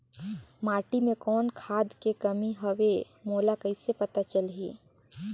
माटी मे कौन खाद के कमी हवे मोला कइसे पता चलही?